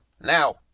now